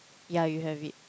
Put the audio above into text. yeah you have it